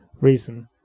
reason